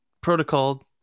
protocol